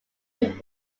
him